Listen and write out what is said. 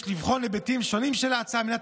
יש לבחון היבטים שונים של ההצעה על מנת